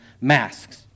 masks